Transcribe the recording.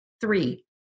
three